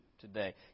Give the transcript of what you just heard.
today